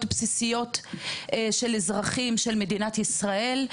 בסיסיות של אזרחים של מדינת ישראל.